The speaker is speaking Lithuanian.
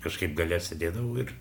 kažkaip gale sėdėdavau ir